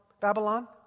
Babylon